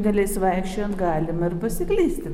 dalis vaikščiojant galime ir pasiklysti